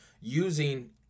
using